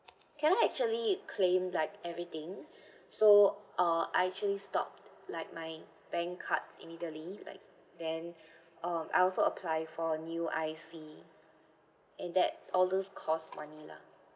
can I actually claim like everything so uh I actually stopped like my bank cards immediately like then um I also applied for new I_C and that all those cost money lah